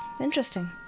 interesting